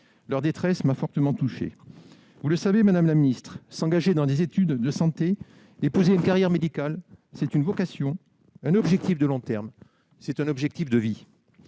Leur détresse m'a fortement touché. Vous le savez, madame la ministre, s'engager dans des études de santé, épouser une carrière médicale, c'est une vocation, un objectif de long terme ; c'est un objectif de vie.